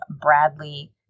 Bradley